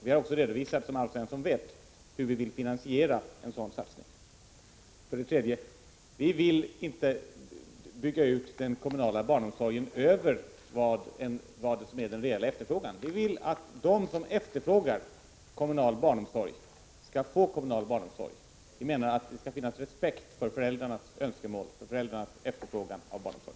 Vi har också, som Alf Svensson vet, redovisat hur vi vill finansiera en sådan satsning. Vi vill för det tredje inte bygga ut den kommunala barnomsorgen över vad som är den reella efterfrågan. Vi vill att de som efterfrågar kommunal barnomsorg skall få sådan. Det skall enligt vår mening finnas respekt för föräldrarnas önskemål om och efterfrågan på barnomsorg.